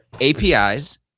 APIs